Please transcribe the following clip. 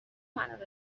منو